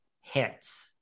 hits